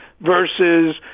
versus